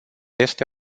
este